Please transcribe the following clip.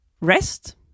rest